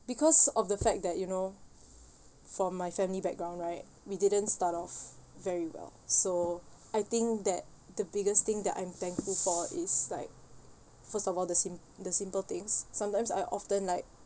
because of the fact that you know for my family background right we didn't start off very well so I think that the biggest thing that I'm thankful for is like first of all the sim~ the simple things sometimes I often like